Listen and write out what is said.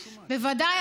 בוודאי,